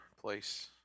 place